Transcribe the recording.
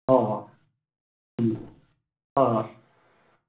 ꯍꯣꯏ ꯍꯣꯏ ꯎꯝ ꯍꯣꯏ ꯍꯣꯏ